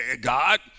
God